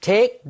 Take